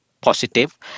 positive